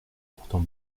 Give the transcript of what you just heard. pourtant